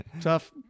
Tough